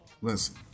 listen